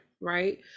Right